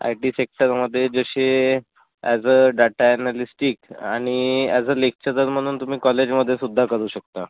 I T सेक्टरमध्ये जसे as a data analytic आणि ॲज अ लेक्चरर म्हणून तुम्ही कॉलेजमध्येसुद्धा करू शकता